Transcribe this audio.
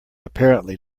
apparently